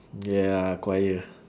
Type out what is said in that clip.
ya choir